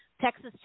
texas